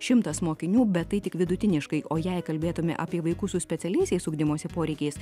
šimtas mokinių bet tai tik vidutiniškai o jei kalbėtume apie vaikus su specialiaisiais ugdymosi poreikiais